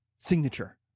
Signature